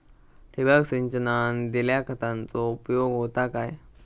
ठिबक सिंचनान दिल्या खतांचो उपयोग होता काय?